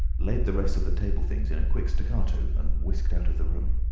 laid the rest of the table things in a quick staccato and whisked out of the room.